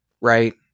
right